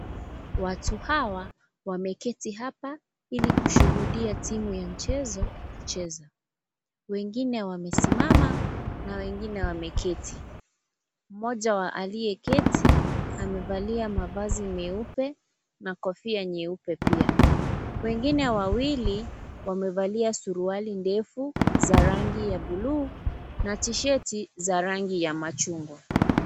Watu hawa wameketi hapa ili kushuhudia timu ya mchezo wakicheza wengine wamesimama na wengine wameketi. Mmoja wa aliyeketi amevalia mavazi meupe na kofia nyeupe pia wengine wawili wamevalia suruali ndefu za rangi ya buluu na tishati za rangi ya machungwa.